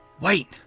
Wait